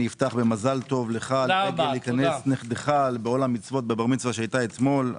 אפתח במזל טוב לרגל היכנס נכדך בעול המצוות בבר מצווה שהיה אתמול.